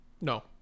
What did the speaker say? No